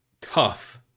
tough